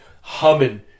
humming